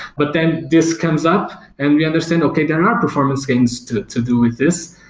but then this comes up and we understand, okay. there are performance gains to to do with this.